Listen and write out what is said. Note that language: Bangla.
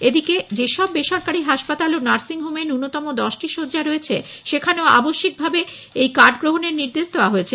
এই দিকে যেসব বেসরকারি হাসপাতাল ও নার্সিংহোমে ন্যনতম দশটি শয্যা রয়েছে সেখানেও আবশ্যিকভাবে এই কার্ড গ্রহণের নির্দেশ দেওয়া হয়েছে